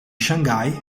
shanghai